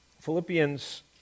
Philippians